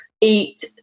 eat